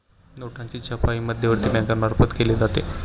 नोटांची छपाई मध्यवर्ती बँकेमार्फत केली जाते